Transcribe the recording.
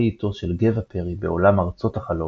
עטו של גבע פרי בעולם "ארצות החלום"